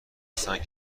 هستند